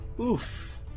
Oof